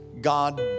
god